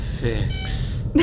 Fix